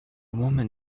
woman